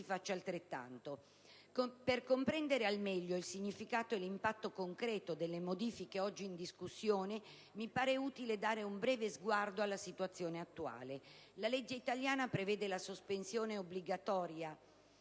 faccia altrettanto. Per comprendere al meglio il significato e l'impatto concreto delle modifiche oggi in discussione mi pare utile dare un beve sguardo alla situazione attuale. La legge italiana prevede la sospensione obbligatoria